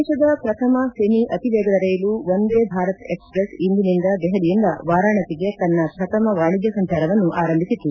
ದೇತದ ಪ್ರಥಮ ಸೆಮಿ ಅತಿ ವೇಗದ ರೈಲು ವಂದೇ ಭಾರತ್ ಎಕ್ಸ್ ಪ್ರೆಸ್ ಇಂದಿನಿಂದ ದೆಹಲಿಯಿಂದ ವಾರಾಣಸಿಗೆ ತನ್ನ ಪ್ರಥಮ ವಾಣಿಜ್ಞ ಸಂಚಾರವನ್ನು ಆರಂಭಿಸಿತು